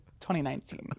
2019